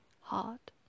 heart